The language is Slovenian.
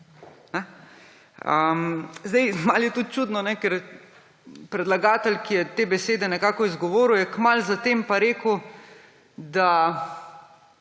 kako? Malo je tudi čutno, ker predlagatelj, ki je te besede nekako izgovoril, je kmalu za tem pa rekel, da